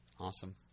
Awesome